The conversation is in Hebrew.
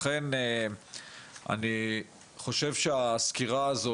לכן אני חושב שהסקירה הזו,